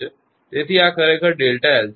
તેથી આ ખરેખર Δ𝐿 છે